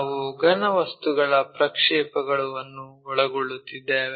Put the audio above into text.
ನಾವು ಘನವಸ್ತುಗಳ ಪ್ರಕ್ಷೇಪಗಳು ಅನ್ನು ಒಳಗೊಳ್ಳುತ್ತಿದ್ದೇವೆ